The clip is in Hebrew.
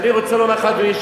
ואני רוצה לומר לך,